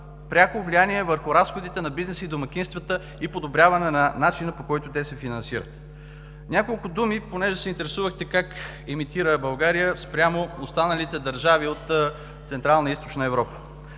пряко влияние върху разходите на бизнеса и домакинствата, и подобряване на начина, по който те се финансират. Няколко думи, понеже се интересувахте как емитира България спрямо останалите държави от Централна и Източна Европа.